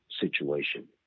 situation